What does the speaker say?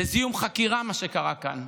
זה זיהום חקירה, מה שקרה כאן,